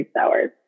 hours